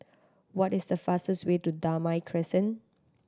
what is the fastest way to Damai Crescent